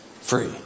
free